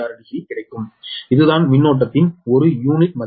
860 கிடைக்கும் இதுதான் மின்னோட்டத்தின் ஒரு யூனிட் மதிப்பு